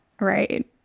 Right